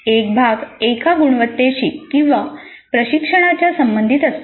एक भाग एका गुणवत्तेशी किंवा प्रशिक्षणाच्या संबंधित असतो